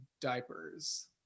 diapers